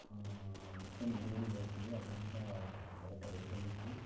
ಉತ್ತಮ ಇಳುವರಿ ಬರುತ್ತದೆ ಅದರಿಂದ ಬೆಳೆದ ರೈತನಿಗು